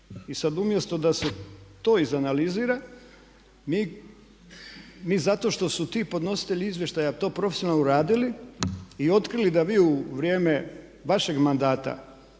I sada umjesto da se to izanalizira, mi zato što su ti podnositelji izvještaja to profesionalno uradili i otkrili da vi u vrijeme vašeg mandata